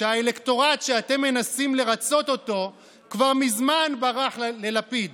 שהאלקטורט שאתם מנסים לרצות אותו כבר מזמן ברח ללפיד,